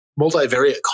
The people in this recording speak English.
multivariate